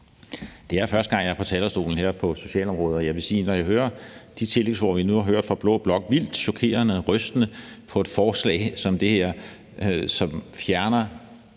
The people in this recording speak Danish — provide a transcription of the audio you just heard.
Det er første gang, jeg er på talerstolen her på socialområdet, og jeg vil sige, at når jeg hører de tillægsord, vi nu har hørt fra blå blok – vildt chokerende, rystende – om et forslag som det her, som fjerner